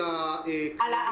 החינוכיים מגיעים אליהם הביתה,